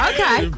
Okay